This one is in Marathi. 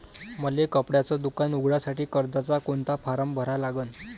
मले कपड्याच दुकान उघडासाठी कर्जाचा कोनचा फारम भरा लागन?